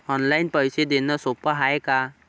Online पैसे देण सोप हाय का?